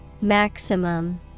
Maximum